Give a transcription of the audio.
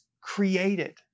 created